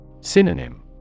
Synonym